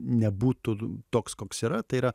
nebūtų toks koks yra tai yra